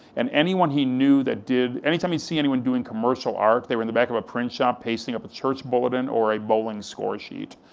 and anyone he knew that did, anytime he'd see anyone doing commercial art, they were in the back of a print shop, pasting up a church bulletin, or a bowling score sheet.